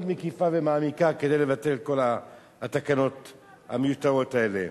מקיפה ומעמיקה כדי לבטל את כל התקנות המיותרות האלה.